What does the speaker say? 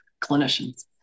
clinicians